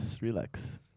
relax